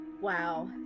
Wow